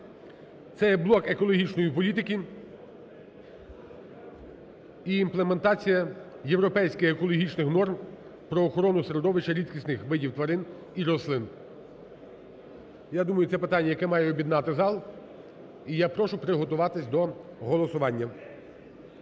Це є блок екологічної політики і імплементація європейських екологічних норм про охорону середовища рідкісних видів тварин і рослин. Я думаю, це питання, яке має об'єднати зал. І я прошу приготуватися до голосування.